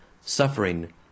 suffering